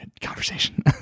conversation